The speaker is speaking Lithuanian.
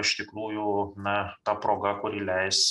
iš tikrųjų na ta proga kuri leis